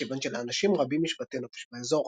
כיוון שלאנשים רבים יש בתי נופש באזור.